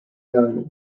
minorities